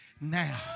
now